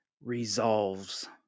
resolves